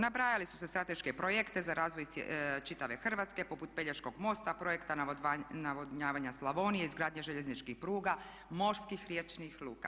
Nabrajali su se strateški projekti za razvoj čitave Hrvatske poput Pelješkog mosta, projekta navodnjavanja Slavonije, izgradnja željezničkih pruga, morskih, riječnih luka.